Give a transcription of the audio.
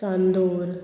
Chandor